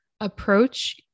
approach